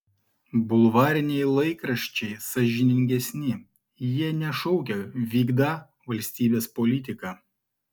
bulvariniai laikraščiai sąžiningesni jie nešaukia vykdą valstybės politiką